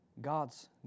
God's